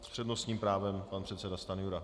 S přednostním právem pan předseda Stanjura.